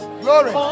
glory